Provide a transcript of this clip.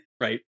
Right